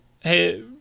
hey